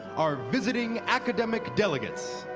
our visiting academic delegates.